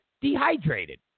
Dehydrated